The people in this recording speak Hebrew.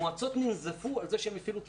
מועצות ננזפו על זה שהם הפעילו את